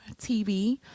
tv